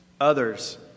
Others